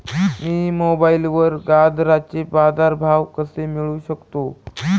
मी मोबाईलवर गाजराचे बाजार भाव कसे मिळवू शकतो?